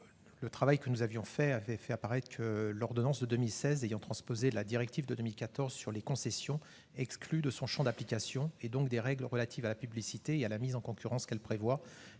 Le travail mené par la commission spéciale a fait apparaître que l'ordonnance de 2016 ayant transposé la directive de 2014 sur les concessions exclut de son champ d'application, et donc des règles relatives à la publicité et à la mise en concurrence qu'elle prévoit,